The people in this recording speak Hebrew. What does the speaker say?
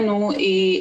העמדה שלנו היא,